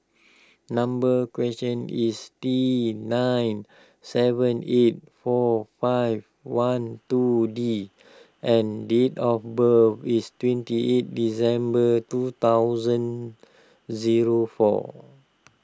number question is T nine seven eight four five one two D and date of birth is twenty eight December two thousand zero four